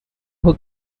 who